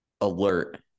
alert